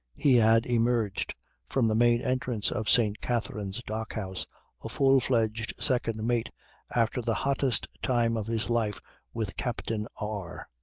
he had emerged from the main entrance of st. katherine's dock house a full-fledged second mate after the hottest time of his life with captain r,